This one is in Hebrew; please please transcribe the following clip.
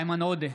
איימן עודה,